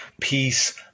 peace